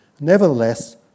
Nevertheless